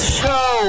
show